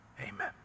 amen